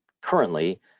currently